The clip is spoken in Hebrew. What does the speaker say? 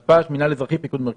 המתפ"ש, המנהל האזרחי, פיקוד המרכז.